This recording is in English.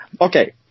Okay